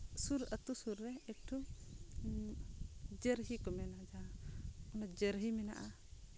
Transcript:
ᱟᱨ ᱥᱩᱨ ᱟᱹᱛᱩ ᱥᱩᱨ ᱨᱮ ᱮᱠᱴᱩ ᱡᱟᱹᱨᱦᱤ ᱠᱚ ᱢᱮᱱᱟ ᱡᱟᱦᱟᱸ ᱚᱱᱟ ᱡᱟᱹᱨᱦᱤ ᱢᱮᱱᱟᱜᱼᱟ